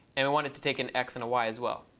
and we want it to take an x and a y as well.